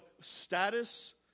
status